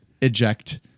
eject